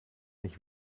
nicht